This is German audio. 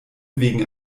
wegen